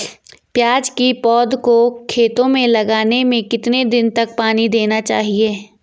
प्याज़ की पौध को खेतों में लगाने में कितने दिन तक पानी देना चाहिए?